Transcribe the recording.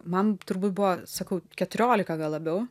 man turbūt buvo sakau keturiolika gal labiau